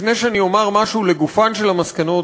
לפני שאני אומר משהו לגופן של המסקנות,